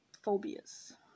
phobias